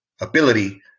ability